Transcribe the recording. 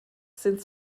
sind